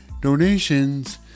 donations